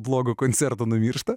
blogo koncerto numiršta